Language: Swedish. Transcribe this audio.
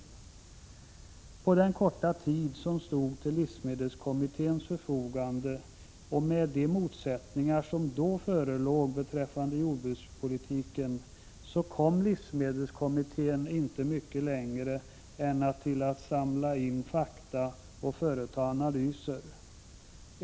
På den korta tid som stod till livsmedelskommitténs förfogande och med de motsättningar som då förelåg beträffande jordbrukspolitiken kom livsmedelskommittén inte mycket längre än till att samla in fakta och företa analyser.